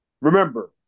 Remember